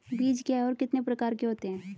बीज क्या है और कितने प्रकार के होते हैं?